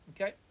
Okay